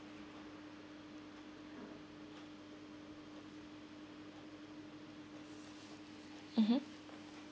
mmhmm